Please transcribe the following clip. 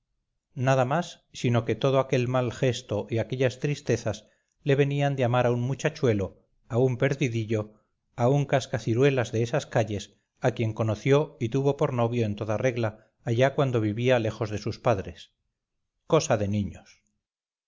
nada nada más sino que todo aquel mal gesto y aquellas tristezas le venían de amar a un muchachuelo a un perdidillo a un cascaciruelas de esas calles a quien conoció y tuvo por novio en toda regla allá cuando vivía lejos de sus padres cosa de niños